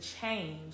change